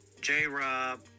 J-Rob